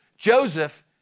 Joseph